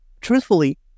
Truthfully